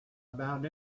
about